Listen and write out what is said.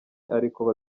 ariko